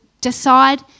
decide